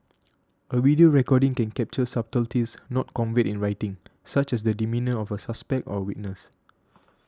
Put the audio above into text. a video recording can capture subtleties not conveyed in writing such as the demeanour of a suspect or witness